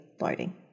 loading